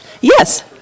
Yes